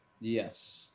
Yes